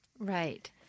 Right